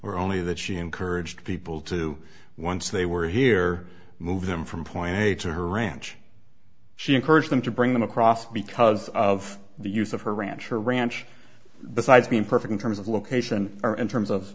or only that she encouraged people to once they were here move them from point a to her ranch she encouraged them to bring them across because of the use of her ranch or ranch besides being perfect in terms of location or in terms of